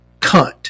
cunt